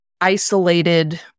isolated